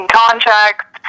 contracts